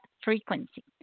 frequency